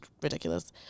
ridiculous